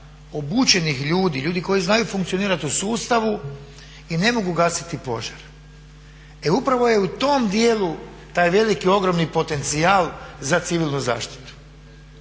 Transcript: obučenih ljudi, ljudi koji znaju funkcionirati u sustavu i ne mogu gasiti požar. E upravo je u tom djelu taj veliki ogromni potencijal za civilnu zaštitu.